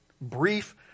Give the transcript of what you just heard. brief